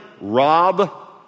rob